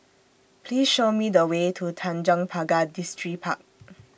Please Show Me The Way to Tanjong Pagar Distripark